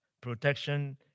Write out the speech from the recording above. protection